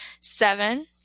Seven